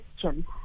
question